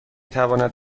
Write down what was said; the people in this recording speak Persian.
تواند